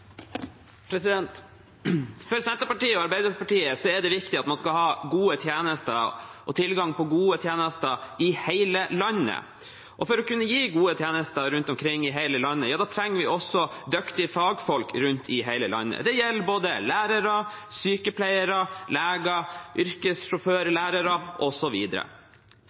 det viktig at man skal ha gode tjenester og tilgang på gode tjenester i hele landet. For å kunne gi gode tjenester rundt omkring i hele landet trenger vi også dyktige fagfolk i hele landet. Det gjelder både lærere, sykepleiere, leger,